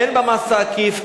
הן במס העקיף,